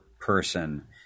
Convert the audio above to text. person